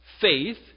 faith